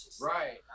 right